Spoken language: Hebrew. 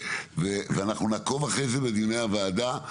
ואנחנו נעקוב אחרי זה בדיני הוועדה.